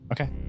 Okay